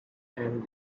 and